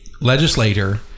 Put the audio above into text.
legislator